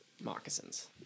moccasins